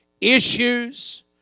Issues